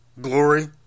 Glory